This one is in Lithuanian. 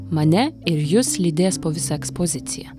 mane ir jus lydės po visą ekspoziciją